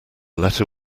letter